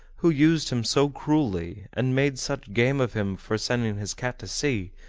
who used him so cruelly, and made such game of him for sending his cat to sea,